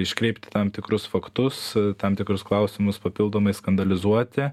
iškreipti tam tikrus faktus tam tikrus klausimus papildomai skandalizuoti